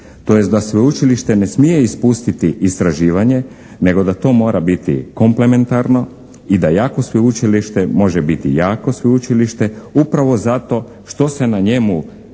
tj. da sveučilište ne smije ispustiti istraživanje nego da to mora biti komplementarno i da jako sveučilište može biti jako sveučilište upravo zato što se na njemu